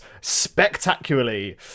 spectacularly